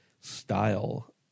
style